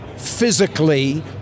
physically